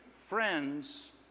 Friends